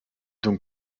donc